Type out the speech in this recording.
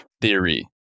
theory